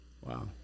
Wow